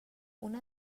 una